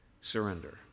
surrender